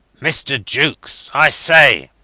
mr. jukes, i say!